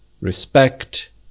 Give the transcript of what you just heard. respect